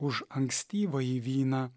už ankstyvąjį vyną